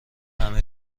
همه